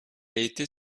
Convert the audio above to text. été